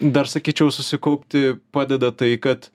dar sakyčiau susikaupti padeda tai kad